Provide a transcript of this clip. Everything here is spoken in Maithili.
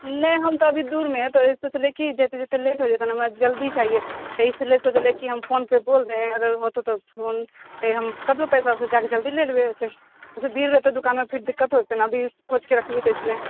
नहि हम तऽ अभी दूरमे है तऽ सोचलिय की जाइते जाइते लेट हो जेतै ने हमरा जल्दी चाहिए इसीलिए सोचलिय की हम फ़ोन पर बोल दे अगर हुतौं त फ़ोनपे हँ क देबौं जाके जल्दी लए लेबै फिर भीड़ रहतै दुकानमे फिर दिक्कत होतै ने अभी खोज के रखबी तैं सॅं